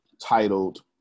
titled